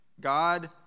God